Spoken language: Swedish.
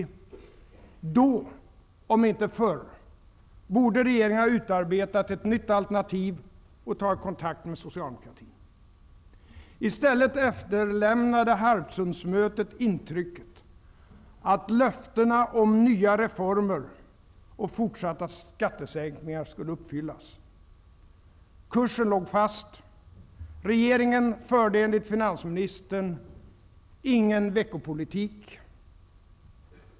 Då, om inte förr, borde regeringen ha utarbetat ett nytt alternativ och därefter ha tagit kontakt med socialdemokratin. I stället efterlämnade mötet på Harpsund intrycket att löftena om nya reformer och fortsatta skattesänkningar skulle uppfyllas. Kursen låg fast. Regeringen förde, enligt finansministern, ingen veckopolitik.